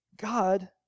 God